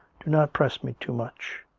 do not press me too much.